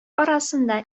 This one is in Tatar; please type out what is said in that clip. арасында